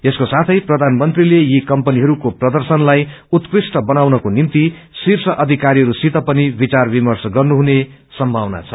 यसको साथै प्रधानमन्त्रीले यी कम्पनीहरूको प्रदर्शनलाई उत्कृष्ट बनाउनको निम्ति शीर्ष अधिकारीहरूसित पनि विचार विमर्श गर्नुहुने सम्मावना छ